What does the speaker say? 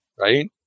right